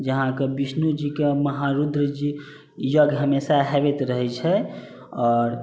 जे अहाँके विष्णु जीके महारूद्र जी यज्ञ हमेशा हेबैत रहै छै आओर